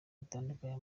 batandukanye